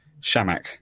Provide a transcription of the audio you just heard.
Shamak